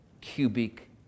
cubic